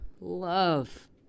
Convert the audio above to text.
love